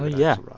yeah.